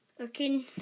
okay